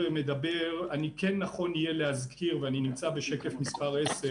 אני נמצא בשקף מס' 10